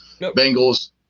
Bengals